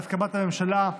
בהסכמת הממשלה.